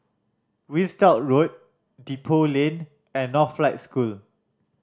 Winstedt Road Depot Lane and Northlight School